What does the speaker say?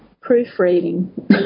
proofreading